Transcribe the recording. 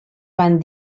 van